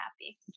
happy